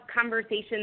conversations